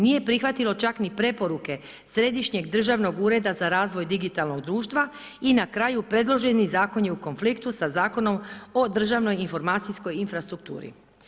Nije prihvatilo čak ni preporuke Središnjeg državnog ureda za razvoj digitalnog društva i na kraju, predloženi zakon je u konfliktu sa Zakonom o državnoj informacijskoj infrastrukturi.